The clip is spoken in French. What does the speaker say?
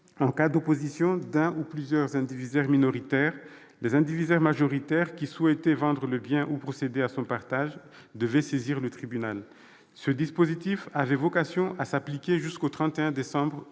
En cas d'opposition d'un ou plusieurs indivisaires minoritaires, les indivisaires majoritaires qui souhaitaient vendre le bien ou procéder à son partage devaient saisir le tribunal. Ce dispositif avait vocation à s'appliquer jusqu'au 31 décembre 2028.